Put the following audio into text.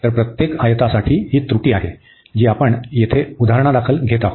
तर प्रत्येक आयतासाठी ही त्रुटी आहे जी आपण येथे उदाहरणादाखल घेत आहोत